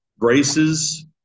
Graces